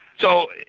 so,